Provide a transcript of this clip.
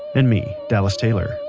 and me, dallas taylor.